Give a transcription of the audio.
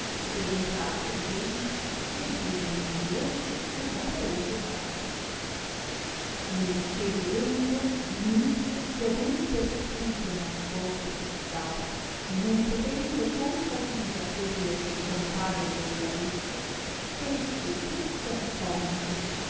ed entratovi dentro le diede un dolce e saporoso bascio il che vedendo dimitrio che ad un pertugio nascoso si stava e non potendo contradire a quello che compare gli aveva detto stette tutto attonito